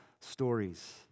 stories